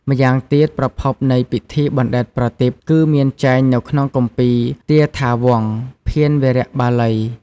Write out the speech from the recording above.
ម្យ៉ាងទៀត ប្រភពនៃពិធីបណ្ដែតប្រទីប គឺមានចែងនៅក្នុងគម្ពីរទាថាវង្ស ភាណវារៈបាលី។